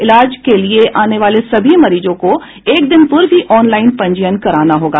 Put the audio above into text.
इलाज के लिये आने वाले सभी मरीजों को एक दिन पूर्व ही ऑनलाइन पंजीयन कराना होगा